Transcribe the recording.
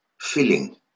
feeling